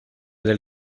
del